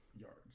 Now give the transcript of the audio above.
yards—